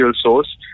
source